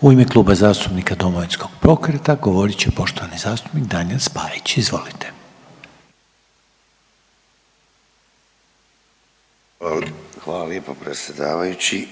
U ime Kluba zastupnika Domovinskog pokreta govorit će poštovani zastupnik Daniel Spajić. Izvolite. **Spajić, Daniel (DP)** Hvala lijepa predsjedavajući.